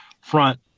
front